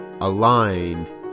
aligned